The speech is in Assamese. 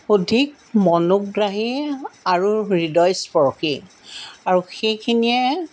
অধিক মনোগ্ৰাহী আৰু হৃদয়স্পৰ্শী আৰু সেইখিনিয়ে